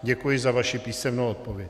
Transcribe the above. Děkuji za vaši písemnou odpověď.